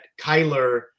Kyler